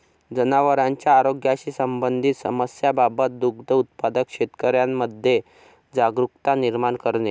जनावरांच्या आरोग्याशी संबंधित समस्यांबाबत दुग्ध उत्पादक शेतकऱ्यांमध्ये जागरुकता निर्माण करणे